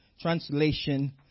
translation